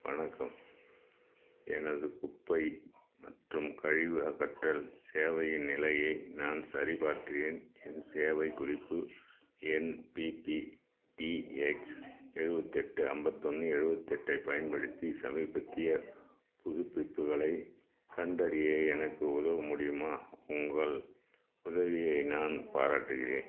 வணக்கம் எனது குப்பை மற்றும் கழிவு அகற்றல் சேவையின் நிலையை நான் சரிபார்க்கிறேன் என் சேவைக் குறிப்பு எண் பிபிடிஎக்ஸ் எழுபத்து எட்டு அம்பத்து ஒன்னு எழுபத்து எட்டைப் பயன்படுத்தி சமீபத்திய புதுப்பிப்புகளை கண்டறிய எனக்கு உதவ முடியுமா உங்கள் உதவியை நான் பாராட்டுகிறேன்